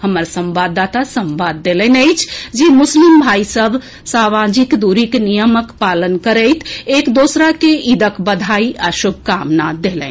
हमर संवाददाता संवाद देलनि अछि जे मुस्लिम भाई सभ सामाजिक दूरीक नियमक पालक करैत एक दोसरा के ईदक बधाई आ शुभकामना देलनि